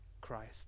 Christ